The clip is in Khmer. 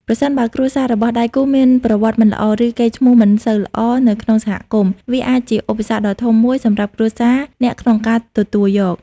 ប្រសិនបើគ្រួសាររបស់ដៃគូមានប្រវត្តិមិនល្អ ឬកេរ្តិ៍ឈ្មោះមិនសូវល្អនៅក្នុងសហគមន៍ វាអាចជាឧបសគ្គដ៏ធំមួយសម្រាប់គ្រួសារអ្នកក្នុងការទទួលយក។